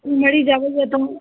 मरीज आबैए तऽ